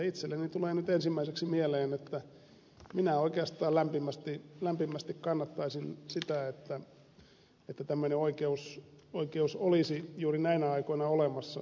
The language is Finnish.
itselleni tulee nyt ensimmäiseksi mieleen että minä oikeastaan lämpimästi kannattaisin sitä että tämmöinen oikeus olisi juuri näinä aikoina olemassa